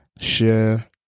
Share